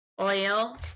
Oil